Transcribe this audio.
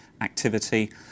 activity